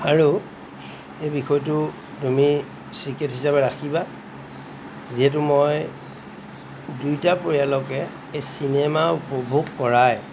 আৰু এই বিষয়টো তুমি চিক্ৰেট হিচাপে ৰাখিবা যিহেতু মই দুয়োটা পৰিয়ালকে এই চিনেমা উপভোগ কৰাই